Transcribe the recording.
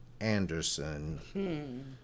Anderson